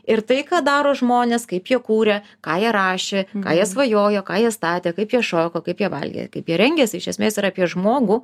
ir tai ką daro žmonės kaip jie kūrė ką jie rašė ką jie svajojo ką jie statė kaip jie šoko kaip jie valgė kaip jie rengėsi iš esmės yra apie žmogų